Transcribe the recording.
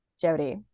Jody